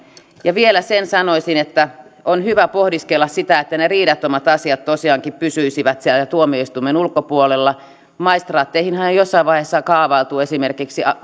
ja vielä sen sanoisin että on hyvä pohdiskella sitä että ne ne riidattomat asiat tosiaankin pysyisivät siellä tuomioistuimen ulkopuolella maistraatteihinhan on jossain vaiheessa kaavailtu esimerkiksi